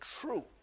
true